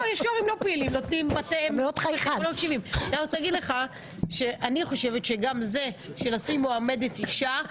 אני חושבת שלשים מועמדת אישה,